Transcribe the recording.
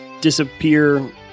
disappear